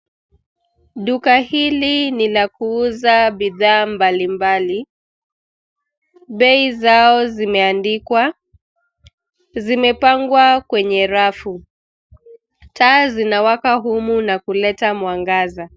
Duka hili ni la kuuza bidhaa mbalimbali. Bei zao zimeandikwa. Zimepangwa kwenye rafu. Taa zinawaka humu na kuleta mwangaza.